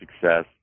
success